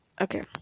Okay